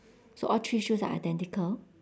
so all three shoes are identical